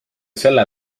selle